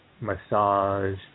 massage